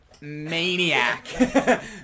maniac